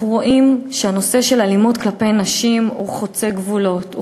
אנחנו רואים שנושא האלימות כלפי נשים חוצה גבולות,